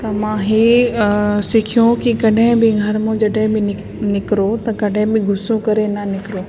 त मां हे सिखियो की कॾहिं बि घर मो जॾहिं निकिरो त कॾहिं बि गुस्सो करे न निकिरो